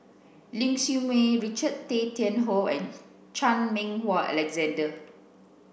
Ling Siew May Richard Tay Tian Hoe and Chan Meng Wah Alexander